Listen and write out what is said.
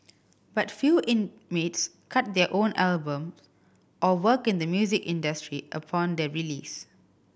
but few inmates cut their own albums or work in the music industry upon their release